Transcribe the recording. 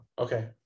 Okay